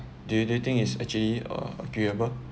do do you think is actually uh agreeable